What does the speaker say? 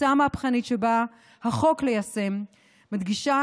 התפיסה המהפכנית שבא החוק ליישם מדגישה